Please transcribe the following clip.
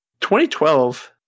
2012